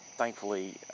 thankfully